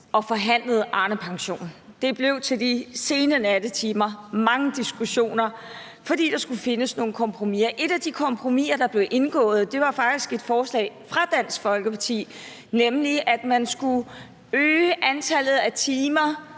og forhandlede Arnepension. Det skete til ud på de sene nattetimer med mange diskussioner, fordi der skulle findes nogle kompromiser. Et af de kompromiser, der blev indgået, var faktisk et forslag fra Dansk Folkeparti, nemlig at man skulle øge antallet af timer,